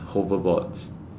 hover boards